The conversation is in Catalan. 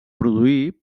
produir